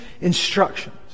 instructions